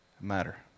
matter